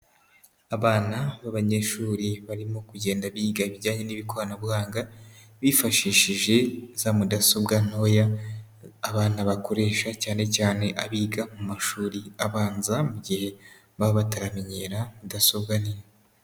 Abana b'abanyeshuri barimo kugenda biga ibijyanye n'ibikoranabuhanga, bifashishije za mudasobwa ntoya abana bakoresha cyane cyane abiga mu mashuri abanza mu gihe baba bataramenyera mudasobwa ni.